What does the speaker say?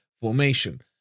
formation